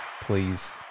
please